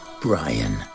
Brian